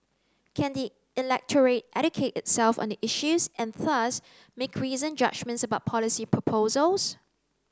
can the electorate educate itself on the issues and thus make reasoned judgements about policy proposals